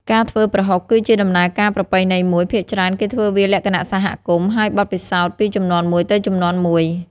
ការធ្វើប្រហុកគឺជាដំណើរការប្រពៃណីមួយ ភាគច្រើនគេធ្វើវាលក្ខណៈសហគមន៍ ហើយបទពិសោធន៍ពីជំនាន់មួយទៅជំនាន់មួយ។